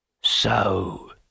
So